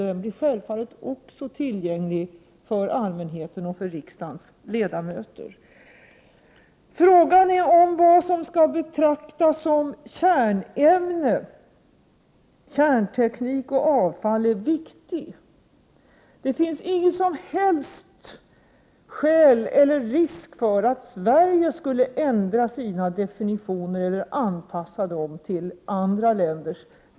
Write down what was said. Den blir självfallet tillgänglig också för allmänheten och för riksdagens ledamöter. Vad som skall betraktas som kärnämne, kärnteknik och avfall är en viktig fråga. Det finns inte någon som helst risk för att Sverige ändrar sina definitioner eller anpassar dem till andra länders.